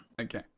Okay